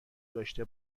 داشته